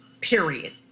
period